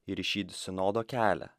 ir į šį sinodo kelią